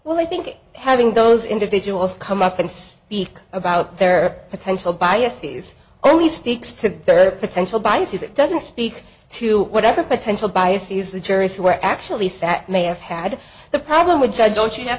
well i think having those individuals come up and say the about their potential biases only speaks to their potential biases it doesn't speak to whatever potential biases the tourists were actually sat may have had the problem with judge don't you have